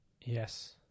Yes